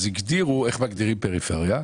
אז הגדירו איך מגדירים פריפריה?